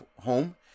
home